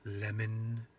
Lemon